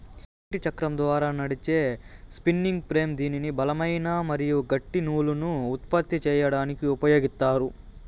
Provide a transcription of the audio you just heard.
నీటి చక్రం ద్వారా నడిచే స్పిన్నింగ్ ఫ్రేమ్ దీనిని బలమైన మరియు గట్టి నూలును ఉత్పత్తి చేయడానికి ఉపయోగిత్తారు